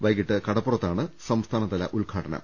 വൈകീട്ട് കടപ്പുറത്താണ് സംസ്ഥാനതല ഉദ്ഘാടനം